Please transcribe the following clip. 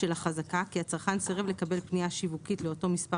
של החזקה כי הצרכן סירב לקבל פנייה שיווקית לאותו מספר